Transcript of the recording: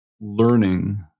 learning